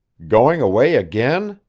going away again?